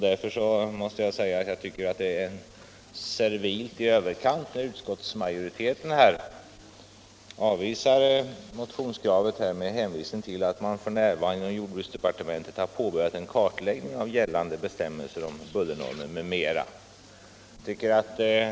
Därför tycker jag att det är servilt i överkant när utskottsmajoriteten avstyrker motionskravet med hänvisning till att man i jordbruksdepartementet påbörjat en kartläggning av gällande bestämmelser om bullernormer m.m.